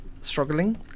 struggling